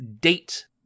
date